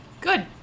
Good